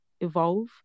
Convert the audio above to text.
evolve